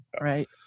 Right